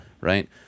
right